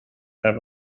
have